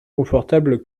confortables